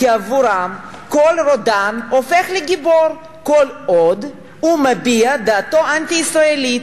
כי עבורם כל רודן הופך לגיבור כל עוד הוא מביע דעתו האנטי-ישראלית.